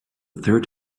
third